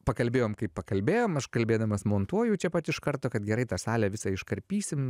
pakalbėjom kaip pakalbėjom aš kalbėdamas montuoju čia pat iš karto kad gerai tą salę visą iškarpysim